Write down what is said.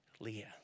Leah